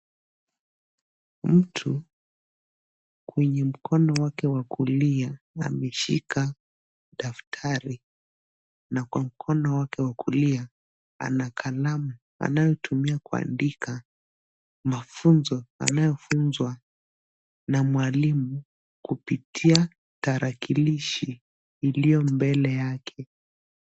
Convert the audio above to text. Mtu kwenye mkono wake wa kulia ameshika daftari na kwa mkono wake wa kulia ana kalamu anaotumia kuandika mafunzo anayofunzwa na mwalimu kupitia tarakilishi iliyo mbele yake.